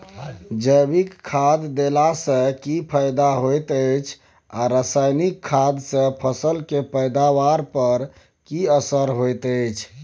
जैविक खाद देला सॅ की फायदा होयत अछि आ रसायनिक खाद सॅ फसल के पैदावार पर की असर होयत अछि?